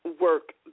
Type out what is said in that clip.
work